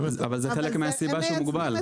אבל זה חלק מהסיבה שזה מוגבל.